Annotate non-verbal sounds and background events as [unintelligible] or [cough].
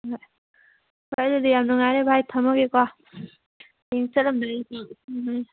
ꯍꯣꯏ ꯍꯣꯏ ꯑꯗꯨꯗꯤ ꯌꯥꯝ ꯅꯨꯡꯉꯥꯏꯔꯦ ꯚꯥꯏ ꯊꯝꯃꯒꯦꯀꯣ [unintelligible]